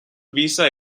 visa